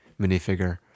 minifigure